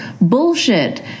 bullshit